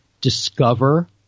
discover